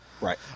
Right